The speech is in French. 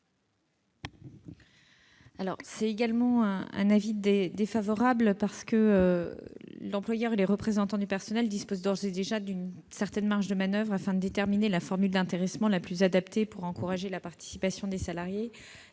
Quel est l'avis du Gouvernement ? L'employeur et les représentants du personnel disposent d'ores et déjà d'une certaine marge de manoeuvre afin de déterminer la formule d'intéressement la plus adaptée pour encourager la participation des salariés.